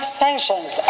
sanctions